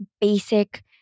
basic